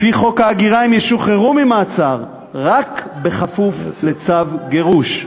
לפי חוק ההגירה הם ישוחררו ממעצר רק בכפוף לצו גירוש,